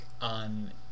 on